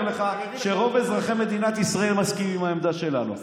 אני אומר לך שרוב אזרחי מדינת ישראל מסכימים לעמדה שלנו.